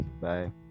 bye